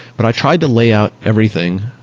but i tried to lay out everything.